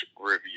Review